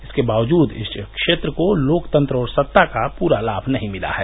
इसके बावजूद इस क्षेत्र को लोकतंत्र और सत्ता का पूरा लाभ नहीं मिला है